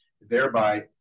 thereby